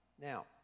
Now